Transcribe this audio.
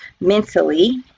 mentally